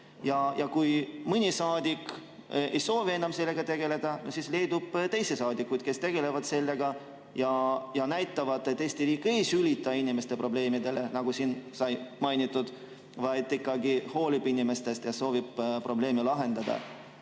Kui mõni saadik ei soovi enam sellega tegeleda, siis leidub teisi saadikuid, kes sellega tegelevad ja näitavad, et Eesti riik ei sülita inimeste probleemidele, nagu siin mainiti, vaid ikkagi hoolib inimestest ja soovib probleemi lahendada.